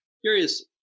curious